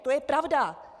To je pravda.